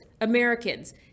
Americans